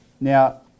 Now